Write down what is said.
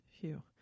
Phew